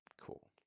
Cool